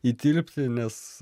įtilpti nes